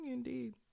indeed